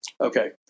Okay